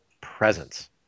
presence